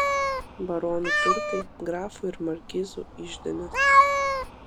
baronų turtai grafų ir markizų iždinės